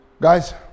guys